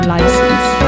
License